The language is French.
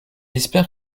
espère